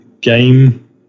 game